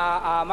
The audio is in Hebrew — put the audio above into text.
פינוי.